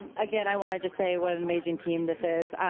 again, i want to just say what an amazing team this is.